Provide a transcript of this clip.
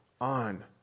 on